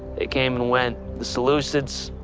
they came and went. the seleucids,